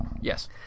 Yes